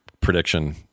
prediction